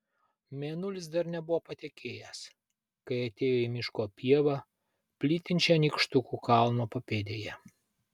mėnulis dar nebuvo patekėjęs kai atėjo į miško pievą plytinčią nykštukų kalno papėdėje